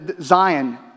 Zion